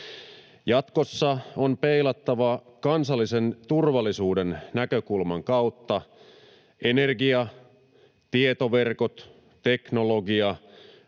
Jatkossa on peilattava kansallisen turvallisuuden näkökulman kautta energia, tietoverkot, teknologia,